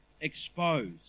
exposed